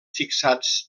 fixats